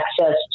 access